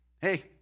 Hey